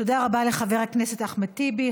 תודה רבה לחבר הכנסת אחמד טיבי.